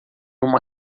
uma